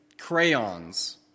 crayons